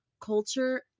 culture